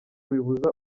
bibuza